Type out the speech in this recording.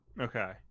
Okay